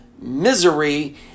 misery